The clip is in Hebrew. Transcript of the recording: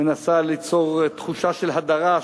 מנסה ליצור תחושה של הדרה,